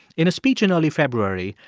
in a speech in early february,